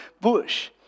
bush